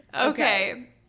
Okay